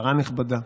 שרה נכבדה,